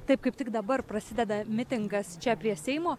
taip kaip tik dabar prasideda mitingas čia prie seimo